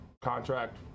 contract